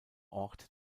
ort